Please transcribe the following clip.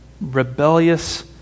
rebellious